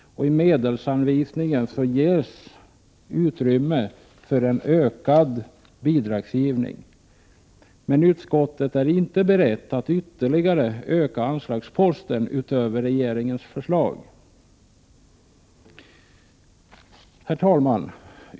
I medelsanvisningen ges utrymme för en ökad bidragsgivning. Men utskottet är inte berett att ytterligare öka anslagsposten utöver regeringens förslag. Herr talman!